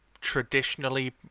traditionally